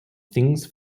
things